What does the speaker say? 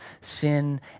sin